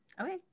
Okay